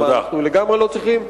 מה אנחנו לגמרי לא צריכים,